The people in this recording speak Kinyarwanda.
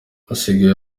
asigaye